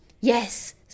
Yes